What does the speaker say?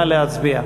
נא להצביע.